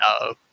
no